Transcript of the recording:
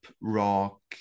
rock